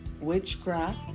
witchcraft